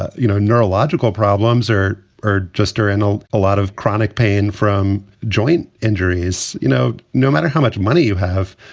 you know, neurological problems or or just or and know a lot of chronic pain from joint injuries, you know, no matter how much money you have,